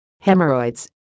Hemorrhoids